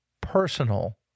personal